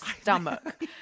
stomach